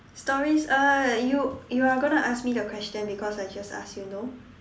stories uh you you are gonna ask me the question because I just asked you no